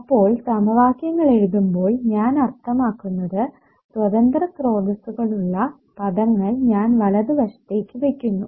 അപ്പോൾ സമവാക്യങ്ങൾ എഴുതുമ്പോൾ ഞാൻ അർത്ഥമാക്കുന്നത് സ്വതന്ത്ര സ്രോതസ്സുകൾ ഉള്ള പദങ്ങൾ ഞാൻ വലതുവശത്തേക്ക് വെക്കുന്നു